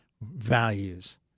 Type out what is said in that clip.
values